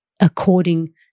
according